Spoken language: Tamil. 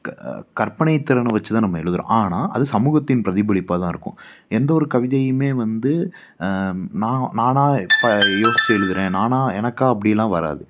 க கற்பனைத்திறனை வச்சு தான் நம்ம எழுதுகிறோம் ஆனால் அது சமூகத்தின் பிரதிபலிப்பாக தான் இருக்கும் எந்த ஒரு கவிதையுமே வந்து நா நானாக இப்போ யோசிச்சு எழுதுகிறேன் நானாக எனக்காக அப்படியெல்லாம் வராது